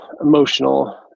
emotional